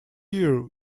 year